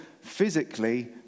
physically